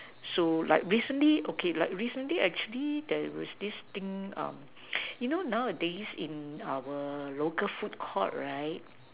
so like recently okay like recently actually there was this thing you know nowadays in our local food court right